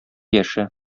яше